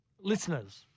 Listeners